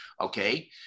okay